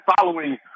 following